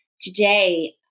today